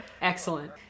Excellent